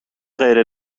غیر